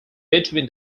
between